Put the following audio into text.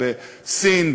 בסין,